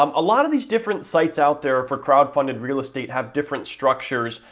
um a lot of these different sites out there for crowdfunded real estate have different structures,